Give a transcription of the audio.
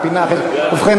בוא,